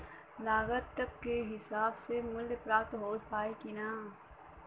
लागत के हिसाब से मूल्य प्राप्त हो पायी की ना?